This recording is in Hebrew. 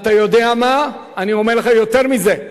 אתה יודע מה, אני אומר לך יותר מזה: